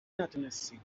نتونستیم